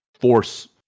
force